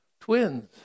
twins